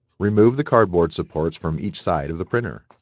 remove the cardboard supports from each side of the printer.